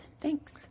thanks